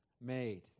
made